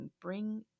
bring